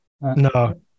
No